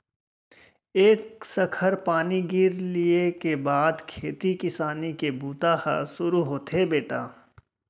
एक सखर पानी गिर लिये के बाद खेती किसानी के बूता ह सुरू होथे बेटा